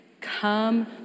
Come